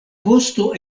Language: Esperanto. vosto